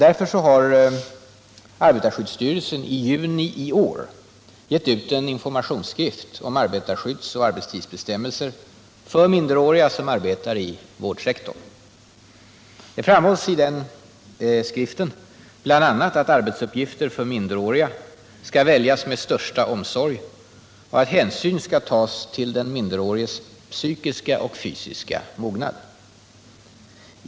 Därför har arbetarskyddsstyrelsen i juni i år gett ut en informationsskrift om arbetarskyddsoch arbetstidsbestämmelser för minderåriga i vårdsektorn. Det framhålls i den skriften bl.a. att arbetsuppgifter för minderåriga skall väljas med största omsorg och att hänsyn skall tas till den minderåriges psykiska och fysiska mognad.